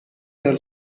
dal